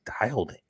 dialed